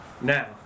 now